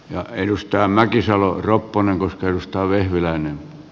ja edustaja mäkisalo ropponenus sooloilun sijaan